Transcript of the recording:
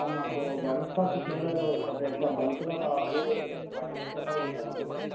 sir మాకు butterscotch flavour సపరేటుగా బల్క్లో కావాలి వాటి రేట్ చెప్పగలుగుతారా మీరు